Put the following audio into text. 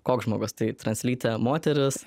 koks žmogus tai translytė moteris